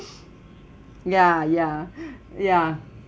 ya ya ya